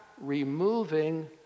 removing